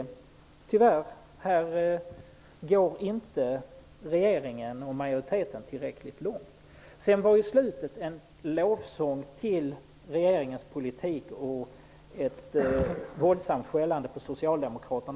Tyvärr går den svenska regeringen och utskottets majoritet här inte tillräckligt långt. Slutet av Gudrun Norbergs anförande var en lovsång till regeringens politik och ett våldsamt skällande på Socialdemokraterna.